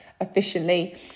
efficiently